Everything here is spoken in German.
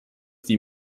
die